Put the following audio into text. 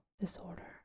disorder